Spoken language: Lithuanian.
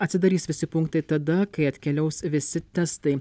atsidarys visi punktai tada kai atkeliaus visi testai